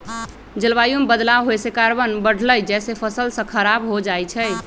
जलवायु में बदलाव होए से कार्बन बढ़लई जेसे फसल स खराब हो जाई छई